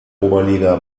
oberliga